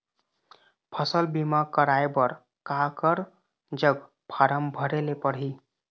फसल बीमा कराए बर काकर जग फारम भरेले पड़ही?